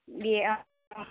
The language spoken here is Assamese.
দিয়ে অঁ